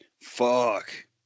Fuck